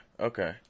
okay